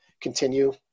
continue